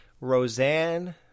Roseanne